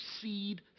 seed